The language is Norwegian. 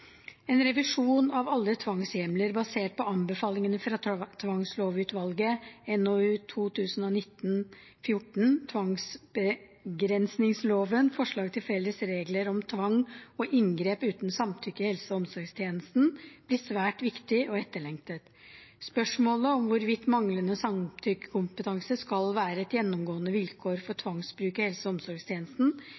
En revisjon av alle tvangshjemler, basert på anbefalingene fra tvangslovutvalget, NOU 2019: 14 Tvangsbegrensningsloven – Forslag til felles regler om tvang og inngrep uten samtykke i helse- og omsorgstjenesten, blir svært viktig og etterlengtet. Spørsmålet om hvorvidt manglende samtykkekompetanse skal være et gjennomgående vilkår for